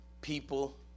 people